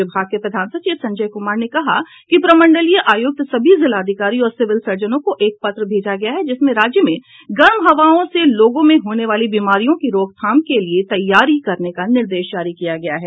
विभाग के प्रधान सचिव संजय कुमार ने कहा कि प्रमंडलीय आयुक्त सभी जिलाधिकारी और सिविल सर्जनों को एक पत्र भेजा गया है जिसमें राज्य में गर्म हवाओं से लोगों में होने वाली बीमारियों की रोकथाम के लिये तैयारी करने का निर्देश जारी किया गया है